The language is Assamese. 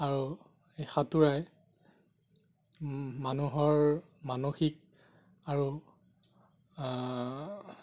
আৰু এই সাঁতোৰাই মানুহৰ মানসিক আৰু